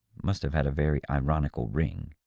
must have had a very ironical ring.